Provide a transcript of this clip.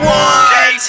one